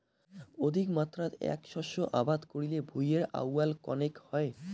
অধিকমাত্রাত এ্যাক শস্য আবাদ করিলে ভূঁইয়ের আউয়াল কণেক হয়